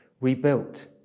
rebuilt